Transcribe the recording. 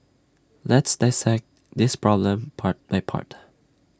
let's dissect this problem part by part